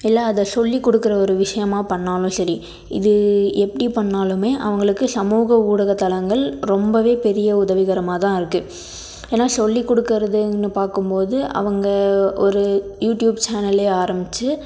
இல்லை அதை சொல்லி கொடுக்குற ஒரு விஷயமாக பண்ணிணாலும் சரி இது எப்படி பண்ணிணாலுமே அவர்களுக்கு சமூக ஊடகத்தலங்கள் ரொம்பவே பெரிய உதவிகரமாக தான் இருக்குது ஏன்னால் சொல்லி கொடுக்குறதுன்னு பார்க்கும் போது அவங்க ஒரு யூடியூப் சேனல்லேயே ஆரம்பித்து